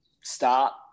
start